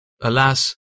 Alas